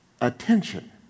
attention